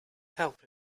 help